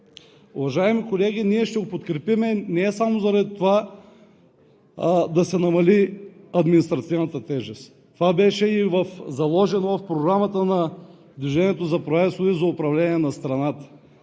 Уважаеми колеги, ние ще го подкрепим не само заради това да се намали административната тежест. Това беше заложено и в програмата на „Движението за права и свободи“ за управление на страната.